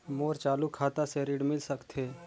मोर चालू खाता से ऋण मिल सकथे?